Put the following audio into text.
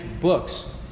books